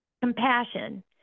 Compassion